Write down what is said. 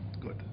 Good